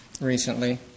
recently